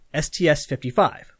STS-55